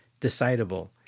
decidable